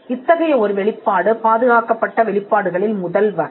இத்தகைய ஒரு வெளிப்பாடு பாதுகாக்கப்பட்ட வெளிப்பாடுகளில் முதல் வகை